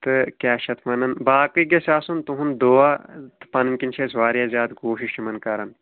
تہٕ کیٛاہ چھِ اَتھ وَنان باقٕے گَژھِ آسُن تُہُنٛد دُعا تہٕ پَنٕنۍ کِنۍ چھِ اَسہِ واریاہ زیادٕ کوٗشِش یِمَن کَران